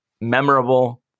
memorable